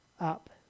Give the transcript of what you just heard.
up